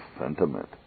sentiment